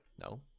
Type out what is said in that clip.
No